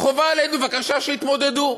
חובה עלינו, בבקשה, שיתמודדו.